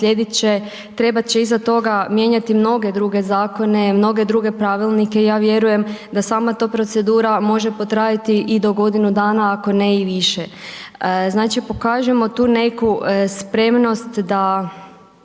trebat će iza toga mijenjati mnoge druge zakone, mnoge druge pravilnike, ja vjerujem da sama ta procedura može potrajati i do godinu dana, ako ne i više. Znači, pokažimo tu neku spremnost da